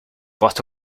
but